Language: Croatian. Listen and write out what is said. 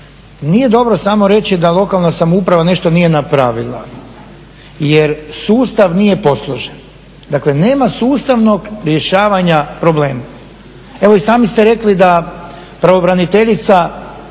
nije dobro samo reći da lokalna samouprava nešto nije napravila, jer sustav nije posložen, dakle nema sustavnog rješavanja problema. Evo i sami ste rekli da pravobraniteljica